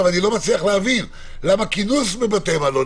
אני לא מצליח להבין למה כינוס בבית מלון